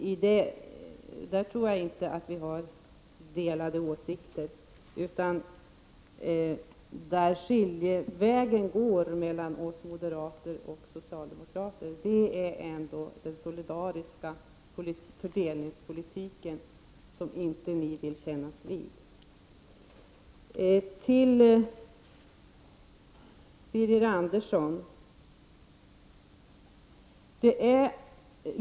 I det avseendet tror jag inte att vi har delade åsikter, för vad som skiljer moderaternas politik från den politik som vi socialdemokrater för är ändå den socialdemokratiska fördelningspolitiken, vilken ni inte vill kännas vid. Så några ord till Birger Andersson.